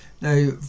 Now